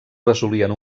resolien